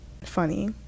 funny